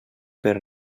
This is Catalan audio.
per